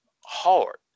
hard